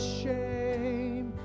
shame